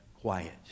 quiet